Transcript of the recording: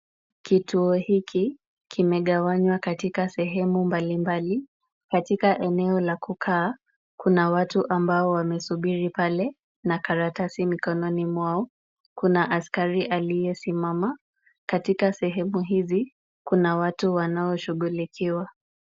Kituo hiki kimegawanywa katika sehemu mbalimbali. Katika eneo la kukaa kuna watu ambao wamesubiri pale na karatasi mikononi mwao. Kuna askari aliyesimama. Katika sehemu hizi kuna watu wanaoshughulikiwa.